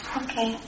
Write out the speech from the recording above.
okay